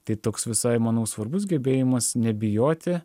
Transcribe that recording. tai toks visai manau svarbus gebėjimas nebijoti